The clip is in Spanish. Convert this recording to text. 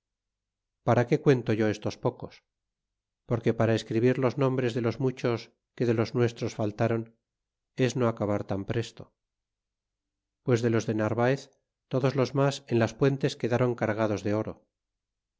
para qué cuento yo estos pocos porque para escribir los nombres de los muchos que de los nuestros faltron es no acabar tan presto pues de los de narvaez todos los mas en las puentes quedaron cargados de oro